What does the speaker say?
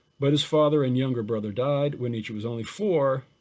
but his father and younger brother died when nietzsche was only four,